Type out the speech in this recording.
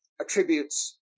attributes